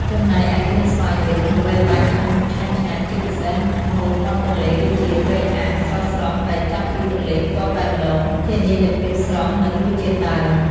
ចំណែកឯកៀនស្វាយវិញ ល្បីល្បាញខាងម្ហូបឆ្ងាញ់ៗជាពិសេសម្ហូបមាត់ទន្លេ ដូចជា ត្រីអាំង ស្រស់ៗដែលចាប់ពីទន្លេផ្ទាល់តែម្ដង ធានានូវភាពស្រស់និងរសជាតិដើម។